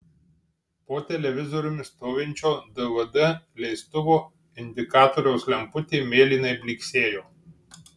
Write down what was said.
po televizoriumi stovinčio dvd leistuvo indikatoriaus lemputė mėlynai blyksėjo